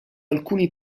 alcuni